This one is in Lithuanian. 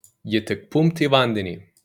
ji tik pumpt į vandenį